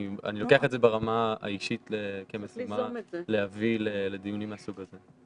אני לוקח את זה ברמה האישית כמשימה להביא לדיונים מהסוג הזה.